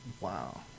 wow